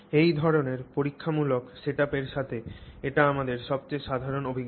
এই ধরণের পরীক্ষামূলক সেটআপের সাথে এটি আমাদের সবচেয়ে সাধারণ অভিজ্ঞতা